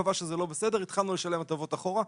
קבעה שזה לא בסדר והתחלנו לשלם הטבות אחורה.